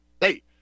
Hey